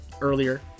earlier